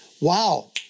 Wow